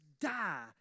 die